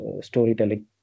storytelling